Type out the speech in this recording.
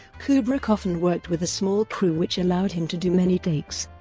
kubrick often worked with a small crew which allowed him to do many takes,